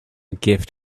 gift